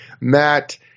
Matt